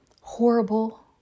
horrible